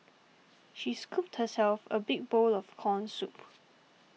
she scooped herself a big bowl of Corn Soup